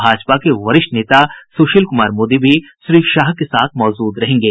भाजपा के वरिष्ठ नेता सुशील कुमार मोदी भी श्री शाह के साथ मौजूद रहेंगे